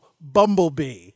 Bumblebee